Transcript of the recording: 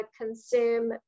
consume